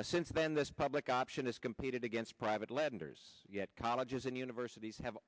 since then this public option is competed against private lenders yet colleges and universities have